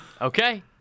Okay